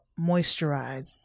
Moisturize